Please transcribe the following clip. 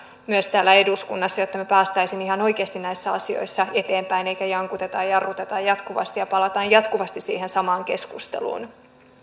myös täällä eduskunnassa jotta me pääsisimme ihan oikeasti näissä asioissa eteenpäin eikä jankuteta ja jarruteta jatkuvasti ja palata jatkuvasti siihen samaan keskusteluun